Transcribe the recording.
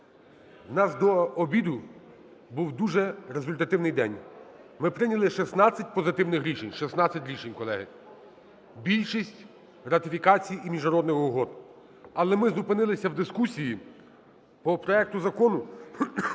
У нас до обіду був дуже результативний день: ми прийняли 16 позитивних рішень, 16 рішень, колеги. Більшість ратифікацій і міжнародних угод. Але ми зупинилися в дискусії по проекту Закону